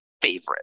favorite